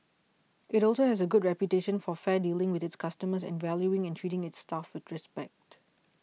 it also has a good reputation for fair dealing with its customers and valuing and treating its staff with respect